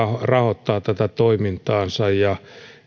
rahoittavat toimintaansa ja